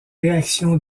réactions